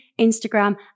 Instagram